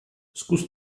zkus